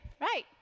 right